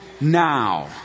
now